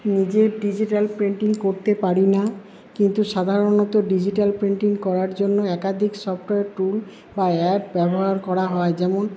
নিজের digital printing করতে পারিনা কিন্তু সাধারণত ডিজিটাল প্রিন্টিং করার জন্য একাধিক সফটওয়্যার টুল বা অ্যাপ ব্যবহার করা হয় যেমন